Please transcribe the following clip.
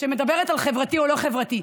שמדברת על חברתי או לא חברתי: